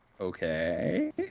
Okay